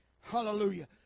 Hallelujah